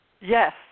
Yes